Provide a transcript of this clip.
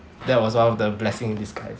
that was one of the blessing in disguise